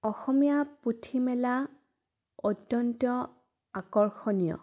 অসমীয়া পুথিমেলা অত্যন্ত আকৰ্ষণীয়